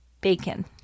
bacon